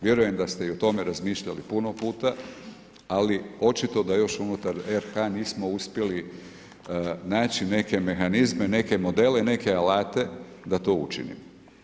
Vjerujem da ste i o tome razmišljali puno puta ali očito da još unutar RH nismo uspjeli naći neke mehanizme, neke modele, neke alate da to učinimo.